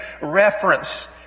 reference